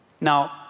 Now